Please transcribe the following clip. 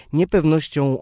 niepewnością